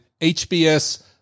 HBS